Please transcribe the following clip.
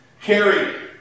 Carrie